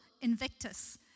Invictus